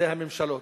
זה הממשלות,